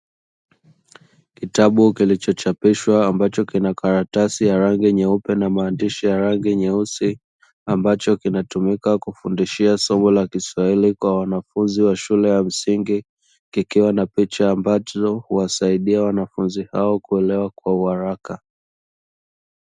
Kitabu kilichochapishwa ambacho kina karatasi ya rangi nyeupe na maandishi ya rangi nyeusi, ambacho kinatumika kufundishia somo la kiswahili kwa wanafunzi wa shule ya msingi. Kikiwa na picha ambazo huwasaidia wanafunzi hao kuelewa kwa uharaka.